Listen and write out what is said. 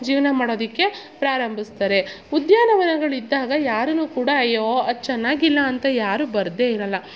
ಜೀವನ ಮಾಡೋದಿಕ್ಕೆ ಪ್ರಾರಂಭಿಸ್ತರೆ ಉದ್ಯಾನವನಗಳು ಇದ್ದಾಗ ಯಾರು ಕೂಡ ಅಯ್ಯೋ ಅದು ಚೆನ್ನಾಗಿಲ್ಲ ಅಂತ ಯಾರು ಬರದೆ ಇರೋಲ್ಲ